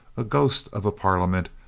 a ghost of a parliament,